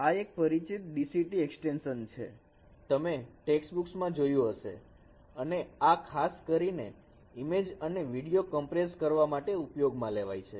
અને આ એક પરિચિત DCT એક્સ્ટેંશન છે તમે ટેક્સ્ટ બુકસ મા જોયું હશે અને આ ખાસ કરીને ઈમેજ અને વીડીયો કમપ્રેસ કરવા માટે ઉપયોગમાં લેવાય છે